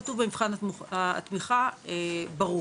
זה כתוב במבחן התמיכה ברור.